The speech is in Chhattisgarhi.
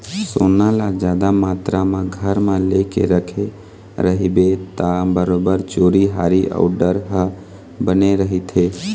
सोना ल जादा मातरा म घर म लेके रखे रहिबे ता बरोबर चोरी हारी अउ डर ह बने रहिथे